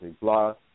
blah